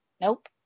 Nope